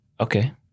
Okay